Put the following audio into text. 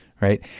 right